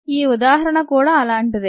ఈ ఉదాహరణ కూడా అలాంటిదే